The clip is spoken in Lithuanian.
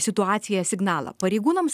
situacija signalą pareigūnams